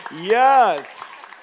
Yes